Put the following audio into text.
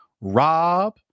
Rob